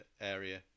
area